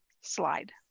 Slide